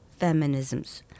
feminisms